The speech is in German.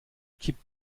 kippt